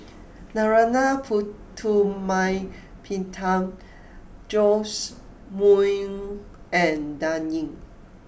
Narana Putumaippittan Joash Moo and Dan Ying